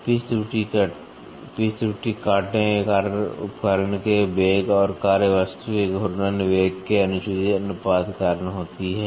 pitch त्रुटि काटने के उपकरण के वेग और कार्य वस्तु के घूर्णन वेग के अनुचित अनुपात के कारण होती है